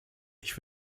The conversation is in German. ich